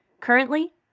Currently